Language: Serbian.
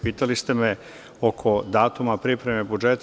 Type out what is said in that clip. Pitali ste me oko datuma pripreme budžeta.